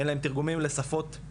אין להם תרגומים לשפות,